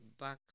back